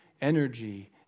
energy